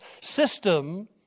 system